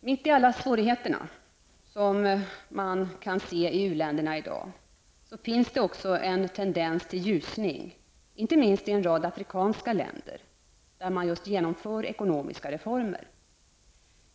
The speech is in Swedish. Det finns nu mitt i alla svårigheter, som man i dag kan se i u-länderna, en tendens till ljusning inte minst i en rad afrikanska länder som genomför ekonomiska reformer.